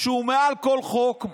שהוא מעל כל חוק,